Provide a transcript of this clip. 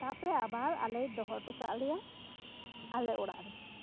ᱛᱟᱨ ᱯᱚᱨᱮ ᱟᱵᱟᱨ ᱟᱞᱮᱭ ᱫᱚᱦᱚ ᱦᱚᱴᱚ ᱠᱟᱜ ᱞᱮᱭᱟ ᱟᱞᱮ ᱚᱲᱟᱜ ᱨᱮ